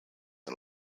and